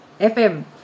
FM